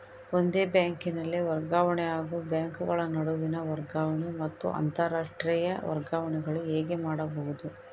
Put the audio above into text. ಒಂದೇ ಬ್ಯಾಂಕಿನಲ್ಲಿ ವರ್ಗಾವಣೆ ಹಾಗೂ ಬ್ಯಾಂಕುಗಳ ನಡುವಿನ ವರ್ಗಾವಣೆ ಮತ್ತು ಅಂತರಾಷ್ಟೇಯ ವರ್ಗಾವಣೆಗಳು ಹೇಗೆ ಮಾಡುವುದು?